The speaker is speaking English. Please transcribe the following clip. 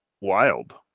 wild